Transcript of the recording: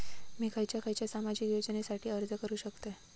मी खयच्या खयच्या सामाजिक योजनेसाठी अर्ज करू शकतय?